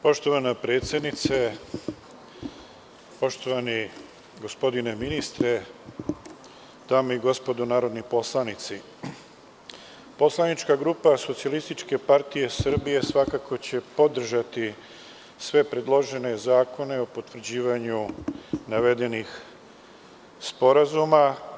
Poštovana predsednice, poštovani gospodine ministre, dame i gospodo narodni poslanici, poslanička grupa SPS svakako će podržati sve predložene zakone o potvrđivanju navedenih sporazuma.